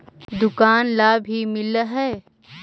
दुकान ला भी मिलहै?